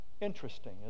Interesting